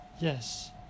Yes